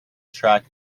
track